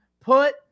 put